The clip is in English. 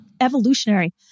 evolutionary